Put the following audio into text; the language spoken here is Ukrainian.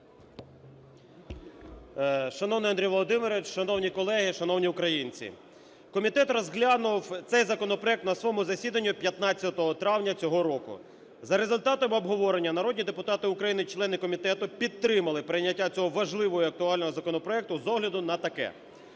Шановний Андрій Володимирович, шановні колеги, шановні українці! Комітет розглянув цей законопроект на своєму засіданні 15 травня цього року. За результатами обговорення народні депутати України - члени комітету підтримали прийняття цього важливого і актуального законопроекту з огляду на таке: